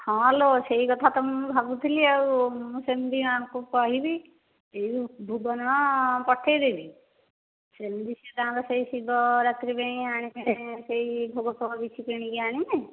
ହଁ ଲୋ ସେଇ କଥା ତ ମୁଁ ଭାବୁଥିଲି ଆଉ କେମିତି ୟାଙ୍କୁ କହିବି ଏଇ ଭୁବନ ପଠାଇଦେବି ସେମିତି ସେ ତାଙ୍କର ଶିବରାତ୍ରି ପାଇଁ ଆଣିବେ ସେ ଭୋଗ ଫୋଗ କିଛି କିଣିକି ଆଣିବେ